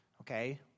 okay